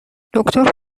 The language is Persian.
دکتر